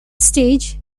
stage